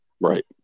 Right